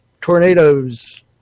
tornadoes